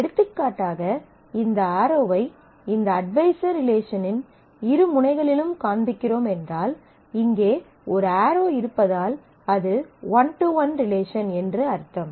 எடுத்துக்காட்டாக இந்த ஆரோவை இந்த அட்வைசர் ரிலேஷனின் இரு முனைகளிலும் காண்பிக்கிறோம் என்றால் இங்கே ஒரு ஆரோ இருப்பதால் அது ஒன் டு ஒன் ரிலேஷன் என்று அர்த்தம்